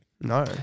No